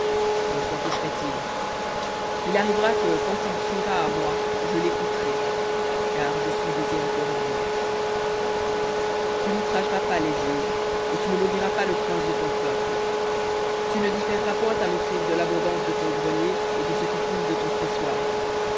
dans quoi coucherait il il arrivera que quand il criera à moi je l'écouterai car je suis miséricordieux tu n'outrageras pas les juges et tu ne maudiras pas le prince de ton peuple tu ne différeras point l'abondance de ton et de ce qui coule de ton pressoir